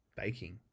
Baking